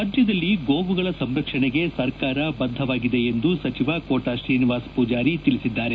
ರಾಜ್ಯದಲ್ಲಿ ಗೋವುಗಳ ಸಂರಕ್ಷಣೆಗೆ ಸರ್ಕಾರ ಬದ್ಧವಾಗಿದೆ ಎಂದು ಸಚಿವ ಕೋಟಾ ತ್ರೀನಿವಾಸ ಪೂಜಾರಿ ತಿಳಿಸಿದ್ದಾರೆ